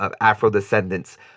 Afro-descendants